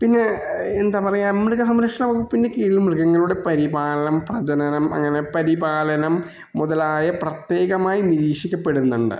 പിന്നെ എന്താ പറയുക മൃഗ സംരക്ഷണ വകുപ്പിന് കീഴിൽ മൃഗങ്ങളുടെ പരിപാലനം പ്രജനനം അങ്ങനെ പരിപാലനം മുതലായ പ്രത്യേകമായി നിരീക്ഷിക്കപ്പെടുന്നുണ്ട്